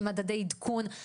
עם מדדי עדכון.